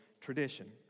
tradition